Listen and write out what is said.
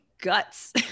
guts